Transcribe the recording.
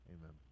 Amen